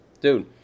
Dude